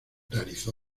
realizó